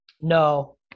No